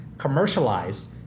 commercialized